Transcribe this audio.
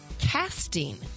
casting